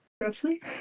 roughly